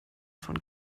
von